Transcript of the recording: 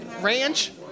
ranch